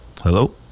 hello